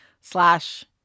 slash